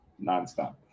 nonstop